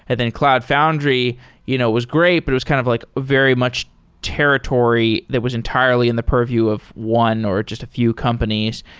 and then cloud foundry you know was great, but it was kind of like very much territory that was entirely in the purview of one, or just a few companies.